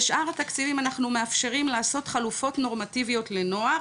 בשאר התקציבים אנחנו מאפשרים לעשות חלופות נורמטיביות לנוער,